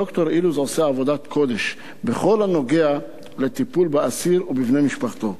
ד"ר אילוז עושה עבודת קודש בכל הקשור לטיפול באסיר ובבני משפחתו,